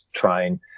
trying